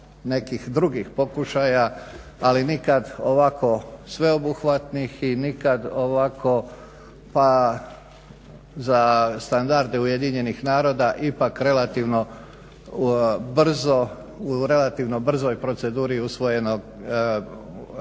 nekih drugih pokušaja, ali nikad ovako sveobuhvatnih i nikad ovako, pa za standarde UN-a ipak relativno brzo, u relativno brzoj proceduri usvojeno